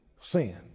Sin